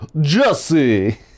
Jesse